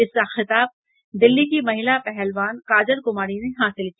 इसका खिताब दिल्ली की महिला पहलवान काजल कुमारी ने हासिल किया